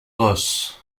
gos